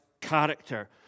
character